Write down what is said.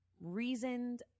reasoned –